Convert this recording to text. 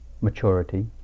maturity